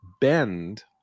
bend